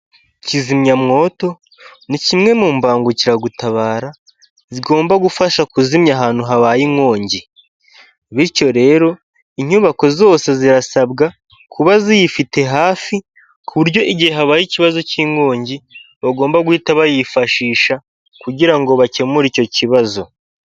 Kizimyamwoto ni kimwe mu mbangukiragutabara zigomba gufasha kuzimya ahantu habaye inkongi bityo rero inyubako zose zirasabwa kuba ziyifite hafi ku buryo igihe habaye ikibazo cy'inkongi bagomba guhita bayifashisha kugira ngo bakemure icyo kibazo.